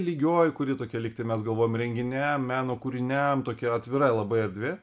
lygioj kuri tokia lygtai mes galvojam renginiam meno kūriniam tokia atvira labai erdvė